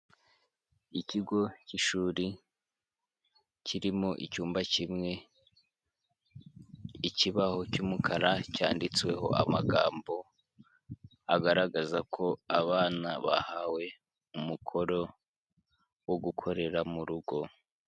Ikigo k'ishuri kirimo icyumba kimwe, ikibaho cy'umukara cyanditseho amagambo agaragaza ko abana bahawe umukoro wo gukorera mu rugo.